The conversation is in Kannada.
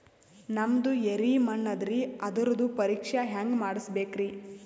ನಮ್ದು ಎರಿ ಮಣ್ಣದರಿ, ಅದರದು ಪರೀಕ್ಷಾ ಹ್ಯಾಂಗ್ ಮಾಡಿಸ್ಬೇಕ್ರಿ?